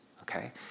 Okay